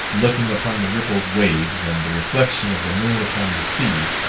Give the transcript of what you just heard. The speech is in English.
looking upon the rippled waves, and the reflection of the moon upon the sea,